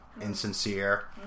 insincere